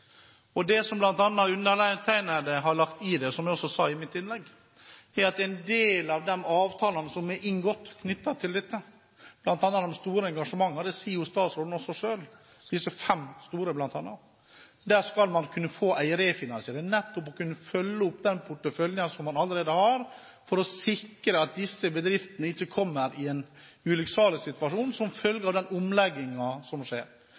saken. Det som bl.a. jeg har lagt i det, og som jeg også sa i mitt innlegg, er at i en del av de avtalene som er inngått knyttet til dette – bl.a. noen store engasjementer, det sier jo statsråden selv også, disse fem store – skal man kunne få en refinansiering. Det er for å kunne følge opp den porteføljen som man allerede har, for å sikre at disse bedriftene ikke kommer i en ulykksalig situasjon som følge av den omleggingen som skjer.